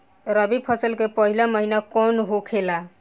रबी फसल के पहिला महिना कौन होखे ला?